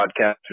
podcast